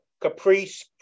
Caprice